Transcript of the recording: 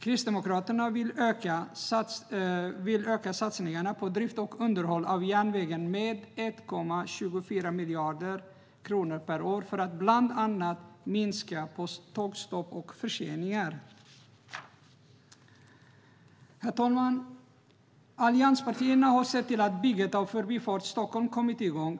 Kristdemokraterna vill öka satsningarna på drift och underhåll av järnvägen med 1,24 miljarder kronor per år för att bland annat minska tågstopp och förseningar. Allianspartierna har sett till att bygget av Förbifart Stockholm har kommit igång.